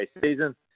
season